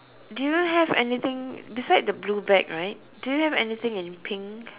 do you have anything beside the blue bag right do you have anything in pink